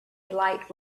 light